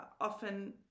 often